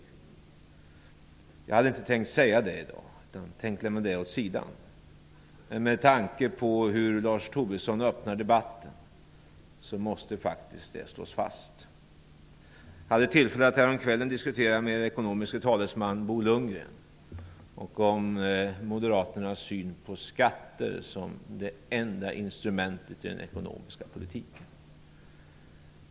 Jag hade inte tänkt säga det i dag - jag hade tänkt lämna det åt sidan - men med tanke på hur Lars Tobisson öppnar debatten måste det faktiskt slås fast. Jag hade tillfälle att häromkvällen diskutera med er ekonomiske talesman Bo Lundgren om Moderaternas syn på skatter som det enda instrumentet i den ekonomiska politiken.